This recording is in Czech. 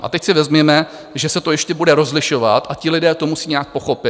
A teď si vezměme, že se to ještě bude rozlišovat a ti lidé to musí nějak pochopit.